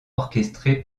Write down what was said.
orchestré